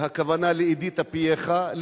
שהכוונה לאדיטה פייכה,